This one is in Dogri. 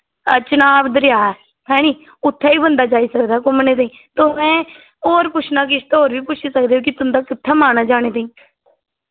चिनाब दरेआ ऐ ऐनी उत्थै बी बंदा जाई सकदा घुम्मनै ताहीं ते होर पुच्छना किश ते होर बी पुच्छी सकदे की तुं'दा कुत्थै मन ऐ जाने ताहीं